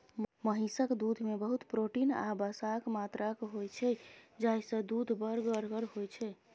महिषक दुधमे बहुत प्रोटीन आ बसाक मात्रा होइ छै जाहिसँ दुध बड़ गढ़गर होइ छै